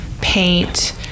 paint